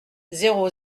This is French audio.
zéro